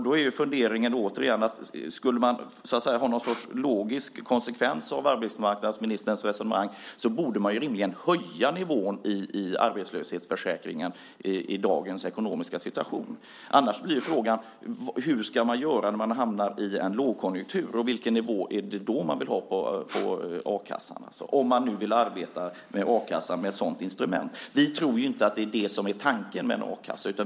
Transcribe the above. Då är funderingen återigen: Skulle man ha någon sorts logisk konsekvens av arbetsmarknadsministerns resonemang borde man rimligen höja nivån i arbetslöshetsförsäkringen i dagens ekonomiska situation. Annars blir frågan: Hur ska man göra när man har hamnat i en lågkonjunktur, och vilken nivå är det då man vill ha på a-kassan? - om man nu vill arbeta med a-kassan, med ett sådant instrument. Vi tror inte att det är det som är tanken med en a-kassa.